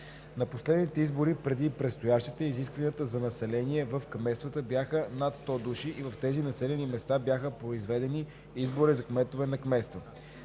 На последните избори, преди предстоящите, изискванията за население в кметствата бяха над 100 души и в тези населени места бяха произведени избори за кметове на кметства.